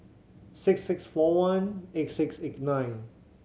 six six four one eight six eight nine